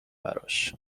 براش